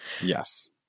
Yes